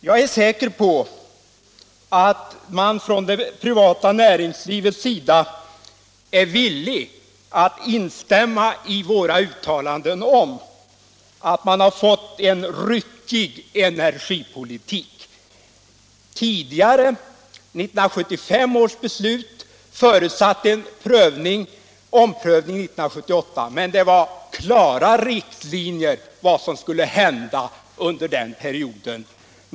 Jag är säker på att man från det privata näringslivets sida är villig att instämma i våra uttalanden om att man har fått en ryckig energipolitik. 1975 års beslut förutsatte en omprövning 1978, men det var klara riktlinjer för vad som skulle hända under den perioden.